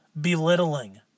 belittling